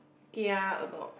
kia about